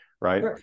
right